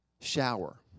Shower